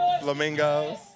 Flamingos